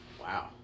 Wow